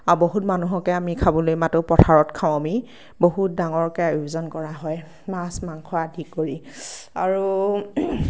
আৰু বহুত মানুহকে আমি খাবলৈ মাতোঁ পথাৰত খাওঁ আমি বহুত ডাঙৰকৈ আয়োজন কৰা হয় মাছ মাংস আদি কৰি আৰু